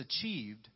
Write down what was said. achieved